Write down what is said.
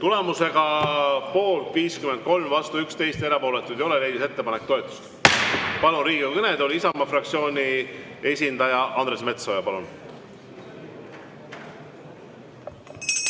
Tulemusega poolt 53, vastu 11, erapooletuid ei ole, leidis ettepanek toetust. Palun Riigikogu kõnetooli Isamaa fraktsiooni esindaja Andres Metsoja. Palun!